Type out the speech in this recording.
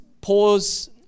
pause